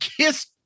Kiss